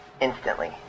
instantly